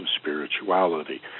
spirituality